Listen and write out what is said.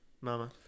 mama